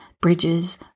bridges